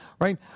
right